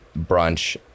brunch